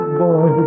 boy